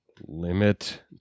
limit